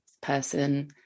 person